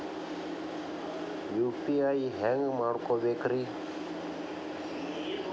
UPI ಹ್ಯಾಂಗ ಮಾಡ್ಕೊಬೇಕ್ರಿ?